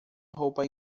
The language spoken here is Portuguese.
roupa